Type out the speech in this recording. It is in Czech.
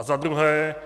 Za druhé.